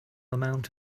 amount